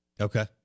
Okay